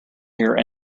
here